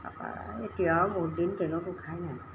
তাৰপৰা এতিয়াও বহুতদিন ট্ৰেইনত উঠাই নাই